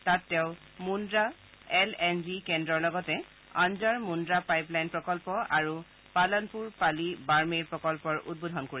তাত তেওঁ Mundra L N G কেন্দ্ৰৰ লগতে অন্জৰ মুদ্ৰা পাইপ লাইন প্ৰকল্প আৰু পালানপুৰ পালি বাৰ্মেৰ প্ৰকল্পৰ উদ্বোধন কৰিব